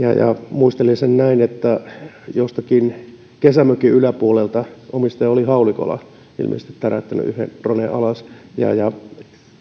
muistelisin että jostakin kesämökin yläpuolelta omistaja oli haulikolla ilmeisesti täräyttänyt yhden dronen alas